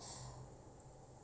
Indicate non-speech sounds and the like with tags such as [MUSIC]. [BREATH]